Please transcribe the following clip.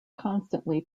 constantly